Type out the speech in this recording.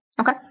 Okay